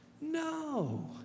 no